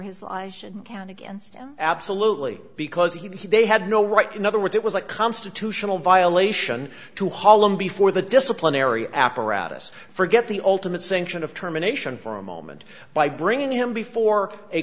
life shouldn't count against him absolutely because he they had no right in other words it was a constitutional violation to haul him before the disciplinary apparatus forget the ultimate sanction of terminations for a moment by bringing him before a